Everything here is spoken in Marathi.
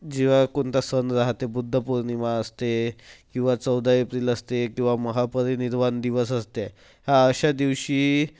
जेव्हा कोणता सण राहते बुद्धपौर्णिमा असते किंवा चौदा एप्रिल असते किंवा महापरिनिर्वाण दिवस असते ह्या अशा दिवशी